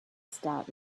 start